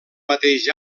mateix